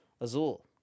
Azul